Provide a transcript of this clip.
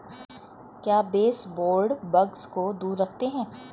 क्या baseboard bugs को दूर रखते हैं?